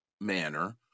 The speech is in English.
manner